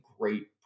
great